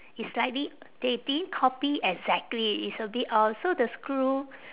it's slightly they didn't copy exactly it's a bit off so the screw